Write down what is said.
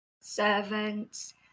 servants